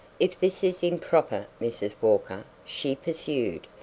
if this is improper, mrs. walker, she pursued,